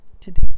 Today's